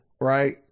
right